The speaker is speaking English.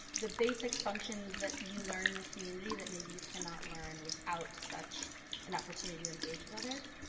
the basic functions that you learn in a community that maybe you can not learn without such an opportunity to engage with others.